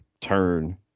turn